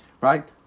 Right